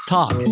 Talk